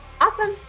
Awesome